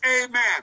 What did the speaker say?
Amen